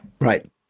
Right